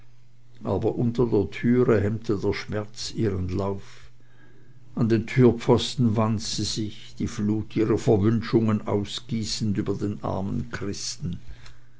aber unter der türe hemmte der schmerz ihren lauf an den türpfosten wand sie sich die flut ihrer verwünschungen ausgießend über den armen christen